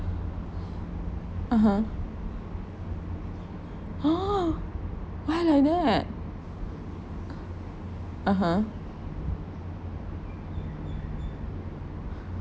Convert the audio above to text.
(uh huh) !huh! why like that (uh huh)